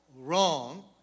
wrong